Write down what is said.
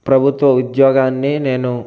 ప్రభుత్వ ఉద్యోగాన్ని నేను